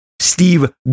Steve